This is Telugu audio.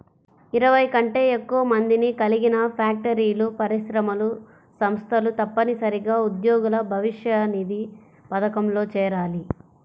ఇరవై కంటే ఎక్కువ మందిని కలిగిన ఫ్యాక్టరీలు, పరిశ్రమలు, సంస్థలు తప్పనిసరిగా ఉద్యోగుల భవిష్యనిధి పథకంలో చేరాలి